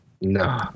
No